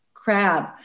crab